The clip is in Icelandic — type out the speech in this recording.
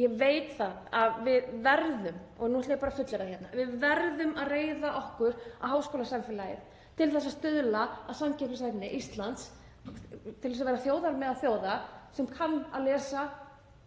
Ég veit að við verðum, og nú ætla ég bara að fullyrða, við verðum að reiða okkur á háskólasamfélagið til þess að stuðla að samkeppnishæfni Íslands, til þess að vera þjóð á meðal þjóða sem kann að lesa